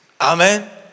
Amen